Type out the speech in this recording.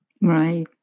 right